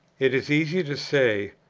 it is easy to say,